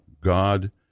God